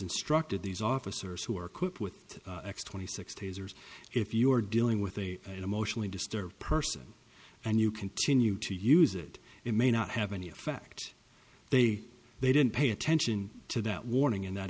instructed these officers who are quick with x twenty six tasers if you are dealing with a emotionally disturbed person and you continue to use it it may not have any effect they they didn't pay attention to that warning in that